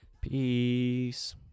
peace